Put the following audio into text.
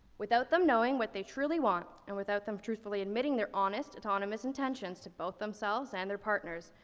without them knowing what they truly want, and without them truthfully admitting their honest autonomous intentions to both themselves and their partners,